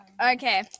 Okay